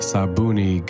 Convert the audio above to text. Sabuni